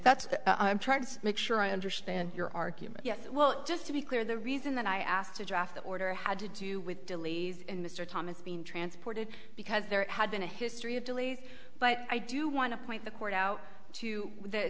that's the i'm trying to make sure i understand your argument yes well just to be clear the reason that i asked to draft the order had to do with delays and mr thomas being transported because there had been a history of delays but i do want to point the court out to the